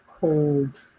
cold